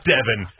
Devin